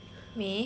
why